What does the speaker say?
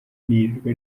nirirwa